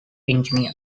engineer